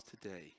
today